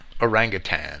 orangutan